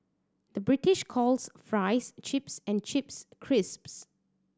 the British calls fries chips and chips crisps